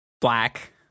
Black